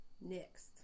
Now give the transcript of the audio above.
Next